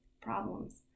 problems